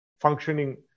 functioning